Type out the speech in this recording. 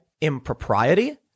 impropriety